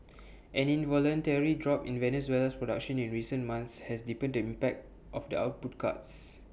an involuntary drop in Venezuela's production in recent months has deepened the impact of the output cuts